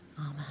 Amen